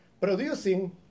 producing